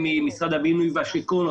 משרד הבינוי והשיכון,